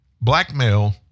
Blackmail